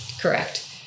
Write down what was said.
correct